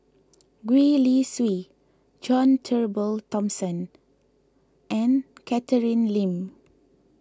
Gwee Li Sui John Turnbull Thomson and Catherine Lim